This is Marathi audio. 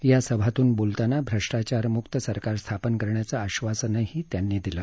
या सभातून बोलताना भ्रष्टाचारम्क्त सरकार स्थापन करण्याचं आश्वासनही त्यांनी दिलं